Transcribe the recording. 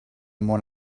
món